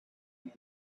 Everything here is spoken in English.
made